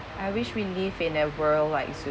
I wish we live in a worldwide